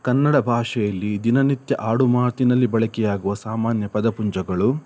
ಕನ್ನಡ ಭಾಷೆಯಲ್ಲಿ ದಿನನಿತ್ಯ ಆಡು ಮಾತಿನಲ್ಲಿ ಬಳಕೆಯಾಗುವ ಸಾಮಾನ್ಯ ಪದಪುಂಜಗಳು